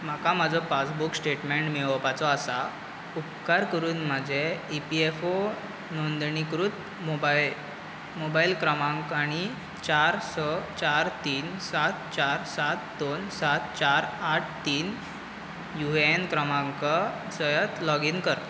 म्हाका म्हाजो passbook statement मेळोवपाचो आसा उपकार करून म्हाजे इपीएफओ नोंदणीकृत मोबाय मोबायल क्रमांक आनी चार स चार तीन सात चार सात दोन सात चार आठ तीन युएन क्रमांक सयत लॉगीन कर